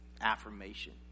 affirmation